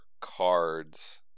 cards